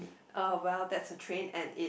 ah well that's a train and it